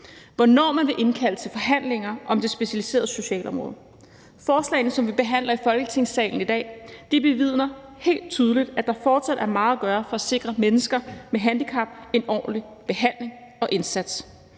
hvornår man vil indkalde til forhandlinger om det specialiserede socialområde. Forslagene, som vi behandler i Folketingssalen i dag, bevidner helt tydeligt, at der fortsat er meget at gøre for at sikre mennesker med handicap en ordentlig behandling og indsats.